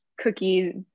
cookies